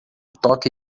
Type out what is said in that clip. toque